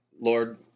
Lord